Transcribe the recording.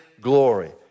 glory